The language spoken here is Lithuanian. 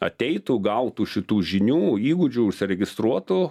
ateitų gautų šitų žinių įgūdžių užsiregistruotų